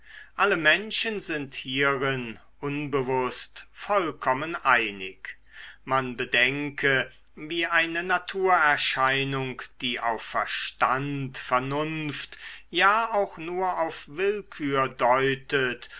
alle menschen sind hierin unbewußt vollkommen einig man bedenke wie eine naturerscheinung die auf verstand vernunft ja auch nur auf willkür deutet